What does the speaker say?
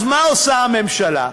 ומה עושה הממשלה?